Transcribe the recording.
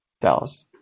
Dallas